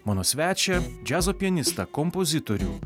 mano svečią džiazo pianistą kompozitorių